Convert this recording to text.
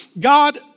God